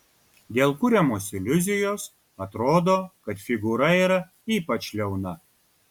dėl kuriamos iliuzijos atrodo kad figūra yra ypač liauna